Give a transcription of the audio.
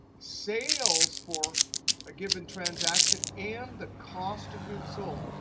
sales for a given transaction, and the cost of goods sold.